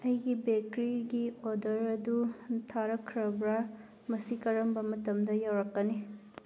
ꯑꯩꯒꯤ ꯕꯦꯀ꯭ꯔꯤꯒꯤ ꯑꯣꯔꯗꯔ ꯑꯗꯨ ꯊꯥꯔꯛꯈ꯭ꯔꯕ꯭ꯔ ꯃꯁꯤ ꯀꯔꯝꯕ ꯃꯇꯝꯗ ꯌꯧꯔꯛꯀꯅꯤ